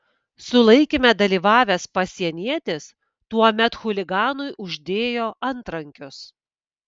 sulaikyme dalyvavęs pasienietis tuomet chuliganui uždėjo antrankius